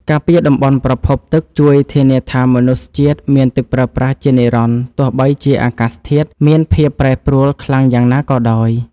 ការពារតំបន់ប្រភពទឹកជួយធានាថាមនុស្សជាតិមានទឹកប្រើប្រាស់ជានិរន្តរ៍ទោះបីជាអាកាសធាតុមានភាពប្រែប្រួលខ្លាំងយ៉ាងណាក៏ដោយ។